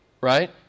right